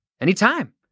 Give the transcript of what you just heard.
anytime